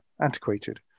antiquated